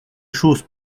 choses